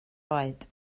oed